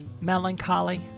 melancholy